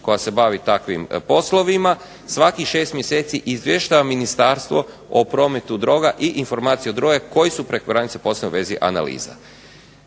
koja se bavi takvim poslovima svakih šest mjeseci izvještava ministarstvo o prometu droga i informacija o drogi koji su preko granice posebno u vezi analiza.